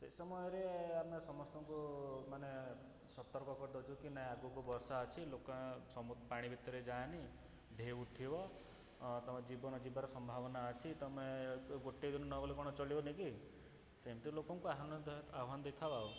ସେ ସମୟରେ ଆମେ ସମସ୍ତଙ୍କୁ ମାନେ ସତର୍କ କରିଦେଉଛୁ କି ନାଇଁ ଆଗକୁ ବର୍ଷା ଅଛି ଲୋକ ସମୁ ପାଣି ଭିତରେ ଯାଆନି ଢେଉ ଉଠିବ ତମ ଜୀବନ ଯିବାର ସମ୍ଭାବନା ଅଛି ତୁମେ ଗୋଟେ ଦିନ ନଗଲେ କ'ଣ ଚଳିବନି କି ସେମତି ଲୋକଙ୍କୁ ଆହ୍ୱାନ ଦେଇ ଆହ୍ୱାନ ଦେଇଥାଉ